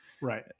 Right